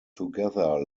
together